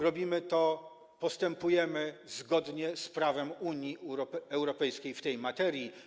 Robimy to, postępujemy zgodnie z prawem Unii Europejskiej w tej materii.